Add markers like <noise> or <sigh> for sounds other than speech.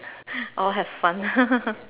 I'll have fun <laughs>